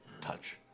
touch